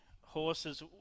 horses